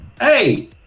Hey